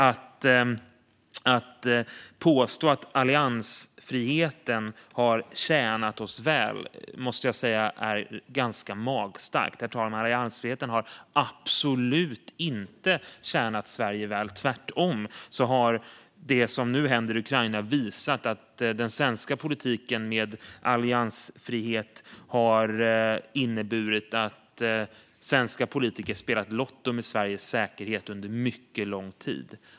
Att påstå att alliansfriheten har tjänat oss väl är, måste jag säga, ganska magstarkt. Alliansfriheten har absolut inte tjänat Sverige väl. Tvärtom har det som nu händer i Ukraina visat att den svenska politiken med alliansfrihet har inneburit att svenska politiker spelat lotto med Sveriges säkerhet under mycket lång tid.